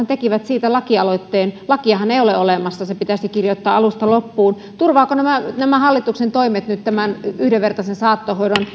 tekivät lakialoitteen lakiahan ei ole olemassa se pitäisi kirjoittaa alusta loppuun turvaavatko nämä nämä hallituksen toimet nyt yhdenvertaisen saattohoidon